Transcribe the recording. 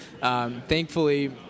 thankfully